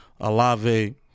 Alave